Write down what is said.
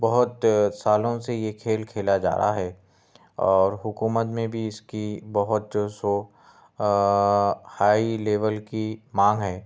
بہت سالوں سے یہ کھیل کھیلا جا رہا ہے اور حکومت میں بھی اس کی بہت سو ہائی لیبل کی مانگ ہے